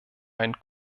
einen